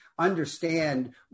understand